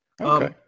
Okay